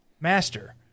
master